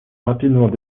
rapidement